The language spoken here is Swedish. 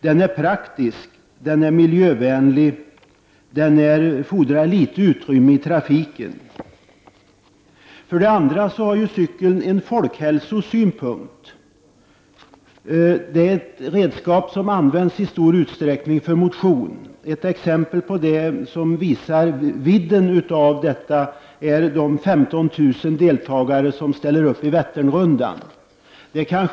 Den är praktisk, den är miljövänlig och den fordrar litet utrymme i trafiken. För det andra har cykeln en funktion ur folkhälsosynpunkt. Den är ett redskap som används i stor utsträckning för motion. Ett exempel som visar vidden av detta är de 15 000 deltagare som ställer upp i Vätternrundan.